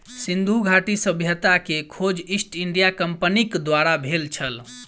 सिंधु घाटी सभ्यता के खोज ईस्ट इंडिया कंपनीक द्वारा भेल छल